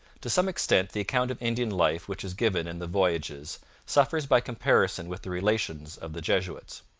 to some extent the account of indian life which is given in the voyages suffers by comparison with the relations of the jesuits.